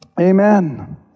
Amen